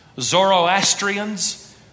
Zoroastrians